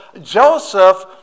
Joseph